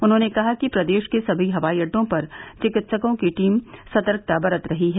उन्होंने कहा कि प्रदेश के सभी हवाई अड़डों पर विकित्सकों की टीम सतर्कता बरत रही है